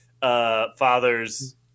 father's